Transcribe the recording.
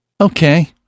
okay